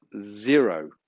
zero